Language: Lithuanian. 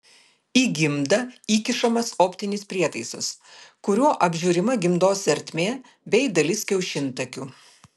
į gimdą įkišamas optinis prietaisas kuriuo apžiūrima gimdos ertmė bei dalis kiaušintakių